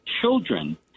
children